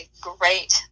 great